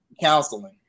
counseling